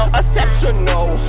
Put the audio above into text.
exceptional